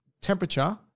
temperature